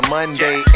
Monday